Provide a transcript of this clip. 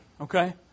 Okay